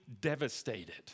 devastated